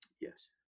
Yes